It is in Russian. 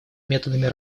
методами